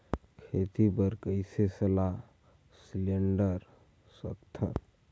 खेती बर कइसे सलाह सिलेंडर सकथन?